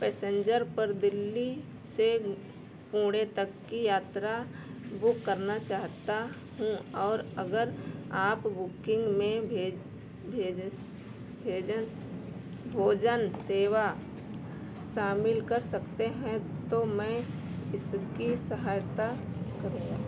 passenger पर दिल्ली से पूणे तक की यात्रा बुक करना चाहता हूँ और अगर आप बुकिंग में भेज भेजें भेजें भोजन सेवा शामिल कर सकते हैं तो मैं इसकी सहायता करूँगा